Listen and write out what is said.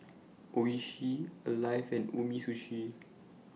Oishi Alive and Umisushi